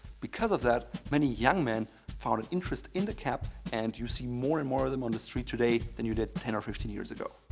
because of that, many young men found an interest in the cap and you see more and more of them on the street today than you did ten or fifteen years ago.